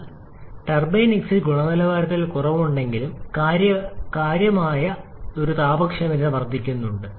അതിനാൽ turbine exit ഗുണനിലവാരത്തിൽ കുറവുണ്ടെങ്കിലും കാര്യമായ ഒരു കാര്യമുണ്ട് താപ കാര്യക്ഷമത വർദ്ധിപ്പിക്കുക